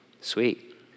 Sweet